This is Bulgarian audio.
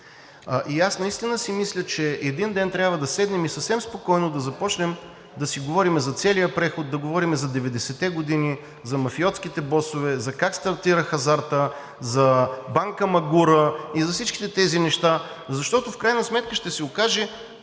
Аз наистина си мисля, че един ден трябва да седнем и съвсем спокойно да започнем да си говорим за целия преход, да говорим за 90-те години, за мафиотските босове, за как стартира хазартът, за банка „Магура“ и за всичките тези неща, защото в крайна сметка ще се окаже,